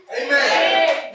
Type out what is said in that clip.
Amen